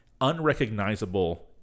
unrecognizable